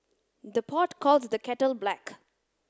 the pot calls the kettle black